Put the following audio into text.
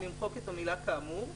למחוק את המילה "כאמור".